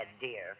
dear